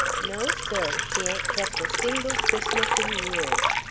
no, sir. she ain't kept a single christmas in years.